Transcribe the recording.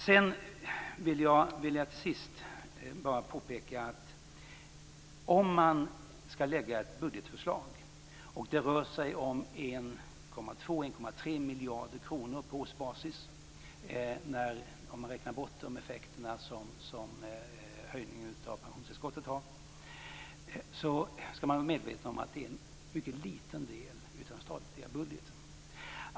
Till sist vill jag påpeka att när man lägger fram ett budgetförslag och det rör sig om 1,3 miljarder kronor på årsbasis, om man räknar bort de effekter som höjningen av pensionstillskottet får, skall man vara medveten om att det är en mycket liten del av den statliga budgeten.